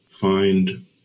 find